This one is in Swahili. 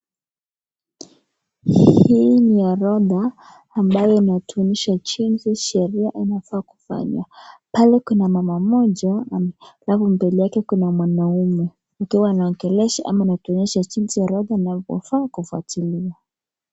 Hii ni orodha ambayo inatuonyesha jinsi sheria inafaa kufanywa. Pale kuna mama moja . Alafu mbele yake kuna mwanaume ambaye anaongelesha ama anatuonesha jinzi orodha inafaa kufatilia.